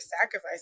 sacrifice